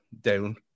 down